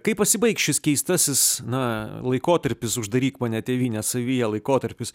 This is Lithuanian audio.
kai pasibaigs šis keistasis na laikotarpis uždaryk mane tėvyne savyje laikotarpis